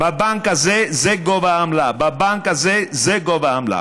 בבנק הזה זה גובה העמלה, בבנק הזה זה גובה העמלה.